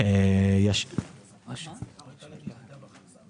לא הייתה להם ירידה בהכנסה?